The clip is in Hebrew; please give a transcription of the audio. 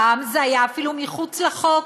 פעם זה היה אפילו מחוץ לחוק.